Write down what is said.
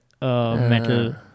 metal